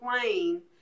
plain